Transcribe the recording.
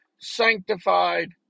sanctified